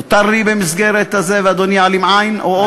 מותר לי במסגרת הזאת, ואדוני יעלים עין, או אוזן?